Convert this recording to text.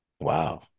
wow